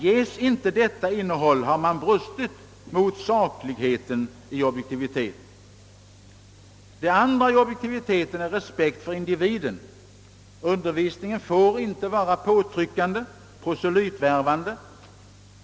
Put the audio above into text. Ges inte detta innehåll har man brustit mot sakligheten i objektiviteten. Det andra i objektiviteten är respekt för individen. Undervisningen får inte vara påtryckande, proselytvärvande.